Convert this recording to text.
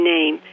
Name